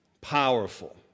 powerful